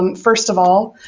um first of all,